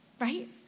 right